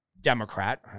Democrat